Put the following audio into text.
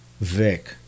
Vic